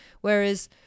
Whereas